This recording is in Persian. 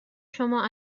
شما